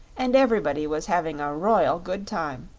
and everybody was having a royal good time.